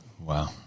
Wow